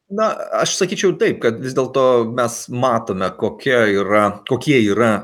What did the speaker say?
na aš sakyčiau taip kad vis dėlto mes matome kokia yra kokie yra